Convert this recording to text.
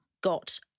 got